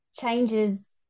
changes